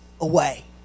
away